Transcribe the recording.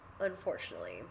unfortunately